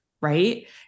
Right